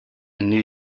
knew